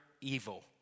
evil